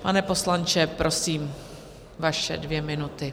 Pane poslanče, prosím, vaše dvě minuty.